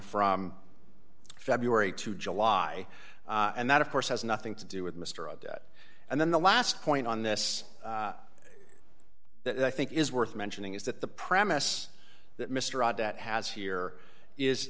from february to july and that of course has nothing to do with mr a debt and then the last point on this that i think is worth mentioning is that the premise that mr rudd that has here is